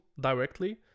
directly